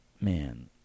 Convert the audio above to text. man